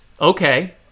okay